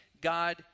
God